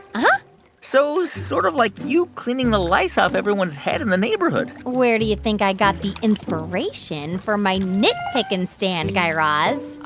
uh-huh so sort of like you cleaning the lice off everyone's head in the neighborhood where do you think i got the inspiration for my nitpicking stand, guy raz?